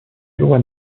loi